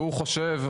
והוא חושב,